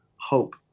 hope